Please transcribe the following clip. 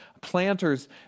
planters